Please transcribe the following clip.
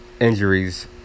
injuries